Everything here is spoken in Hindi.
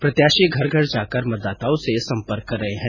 प्रत्याशी घर घर जाकर मतदाताओं से सम्पर्क कर रहे है